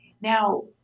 Now